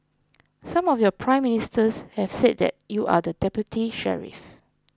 some of your Prime Ministers have said that you are the deputy sheriff